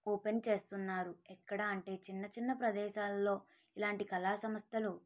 open చేస్తున్నారు ఎక్కడ అంటే చిన్న చిన్న ప్రదేశాలలో ఇలాంటి కళా సంస్థలు